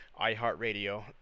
iHeartRadio